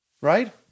Right